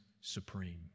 supreme